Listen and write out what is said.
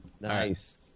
Nice